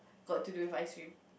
got to do with ice cream